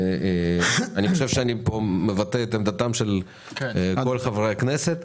כי אני חושב שאני מבטא את עמדתם של כל חברי הכנסת.